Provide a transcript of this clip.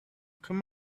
come